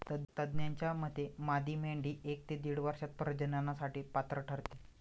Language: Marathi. तज्ज्ञांच्या मते मादी मेंढी एक ते दीड वर्षात प्रजननासाठी पात्र ठरते